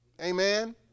Amen